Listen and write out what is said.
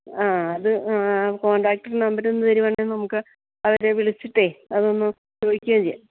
ആ അത് ആ കോൺടാക്ട് നമ്പരൊന്നു തരികയാണെങ്കില് നമുക്ക് അവരെ വിളിച്ചിട്ടേ അതൊന്നു ചോദിക്കുകയും ചെയ്യാം